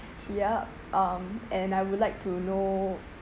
ya um and I would like to know